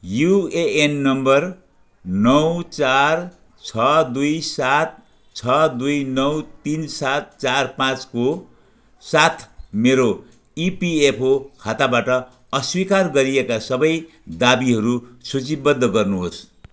UAN number नौ चार छ दुई सात छ दुई नौ तिन सात चार पाँचको साथ मेरो इपिएफओ खाताबाट अस्वीकार गरिएका सबै दावीहरू सूचीबद्ध गर्नुहोस्